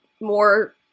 more